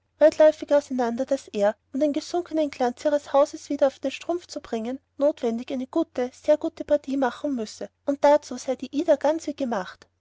weitläufig auseinander daß er um den gesunkenen glanz ihres hauses wieder auf den strumpf zu bringen notwendig eine gute sehr gute partie machen müsse und dazu sei die ida ganz wie gemacht